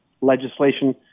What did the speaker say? legislation